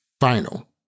final